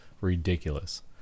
ridiculous